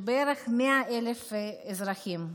בערך ל-100,000 אזרחים.